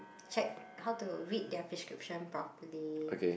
check how to read their prescription properly